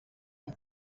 amb